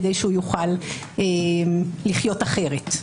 כדי שהוא יוכל לחיות אחרת.